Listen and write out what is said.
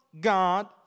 God